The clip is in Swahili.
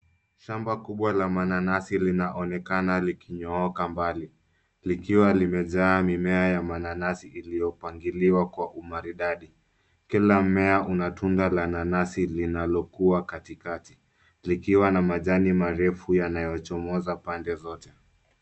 Shamba kubwa la mananasi linaonekana likinyooka mbali. Likiwa limejaa mimea ya mananasi iliyopangiliwa kwa umaridadi. Kila mmea una tunda la nanasi linalokuwa katikati. Likiwa na majani marefu yanayochomoza pande zote.